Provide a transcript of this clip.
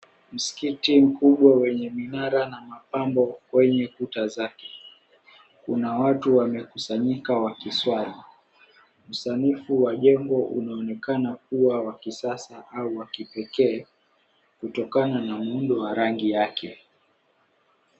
Msikiti mkubwa wenye minara na mapambo kwenye kuta zake. Kuna watu wamekusanyika wakiswali. Usanifu wa jengo unaonekana kuwa wa kisasa au wa kipekee kutokana na muundo wa rangi yake.